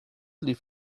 leave